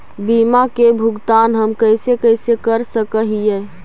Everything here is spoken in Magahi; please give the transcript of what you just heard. बीमा के भुगतान हम कैसे कैसे कर सक हिय?